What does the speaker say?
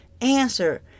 Answer